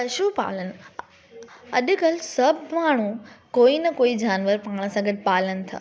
पशुपालनि अॼुकल्ह सभु माण्हू कोई न कोई जानवरु पाण सां गॾु पालनि था